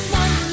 one